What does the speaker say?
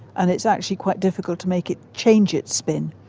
and it's actually quite difficult to make it change its spin,